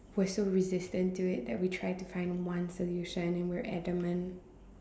we're so resistant to it that we try to find one solution and we're adamant